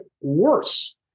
worse